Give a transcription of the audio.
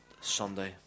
Sunday